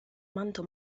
manto